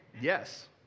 yes